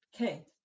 okay